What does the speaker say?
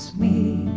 me